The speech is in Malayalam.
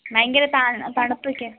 ഭയങ്കര തണുപ്പൊക്കെ